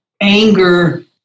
anger